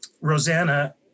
Rosanna